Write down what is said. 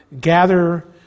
gather